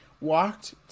walked